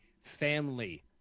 family